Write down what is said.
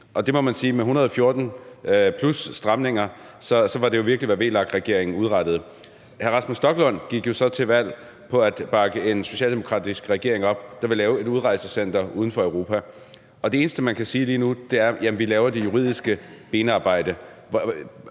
Der må man sige, at med 114 plus stramninger var det jo virkelig, hvad VLAK-regeringen udrettede. Hr. Rasmus Stoklund gik så til valg på at bakke en socialdemokratisk regering op, der ville lave et udrejsecenter uden for Europa, og det eneste, man kan sige lige nu, er, at man laver det juridiske benarbejde.